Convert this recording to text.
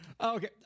Okay